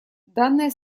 данная